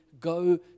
go